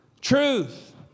Truth